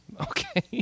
Okay